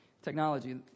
Technology